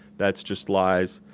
that's just lies.